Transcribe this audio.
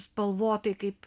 spalvotai kaip